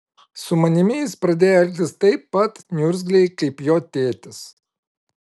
su manimi jis pradėjo elgtis taip pat niurzgliai kaip jo tėtis